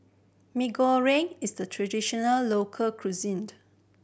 Mee Goreng is a traditional local cuisine